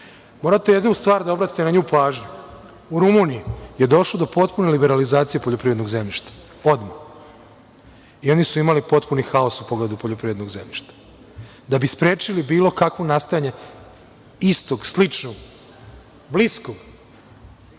na jednu stvar da obratite pažnju. U Rumuniji je došlo do potpune liberalizacije poljoprivrednog zemljišta odmah, i oni su imali potpuni haos u pogledu poljoprivrednog zemljišta da bi sprečili bilo kakvo nastajanje istog, sličnog, bliskog